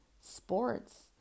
sports